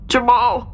Jamal